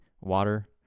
water